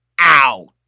out